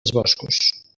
boscos